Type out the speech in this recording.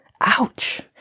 Ouch